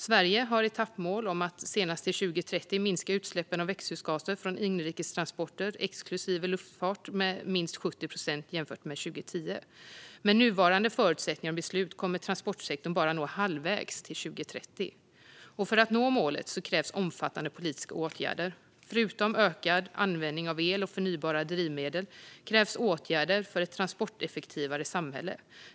Sverige har etappmål om att senast till 2030 minska utsläppen av växthusgaser från inrikes transporter exklusive luftfart med minst 70 procent jämfört med 2010. Med nuvarande förutsättningar och beslut kommer transportsektorn bara att nå halvvägs till 2030. För att nå målet krävs omfattande politiska åtgärder. Förutom ökad användning av el och förnybara drivmedel krävs åtgärder för ett transporteffektivare samhälle.